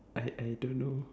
I I don't know